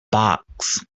box